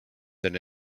than